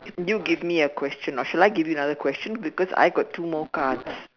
you give me a question or shall I give you another question because I got two more cards